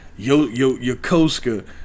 Yokosuka